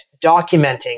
documenting